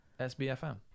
SBFM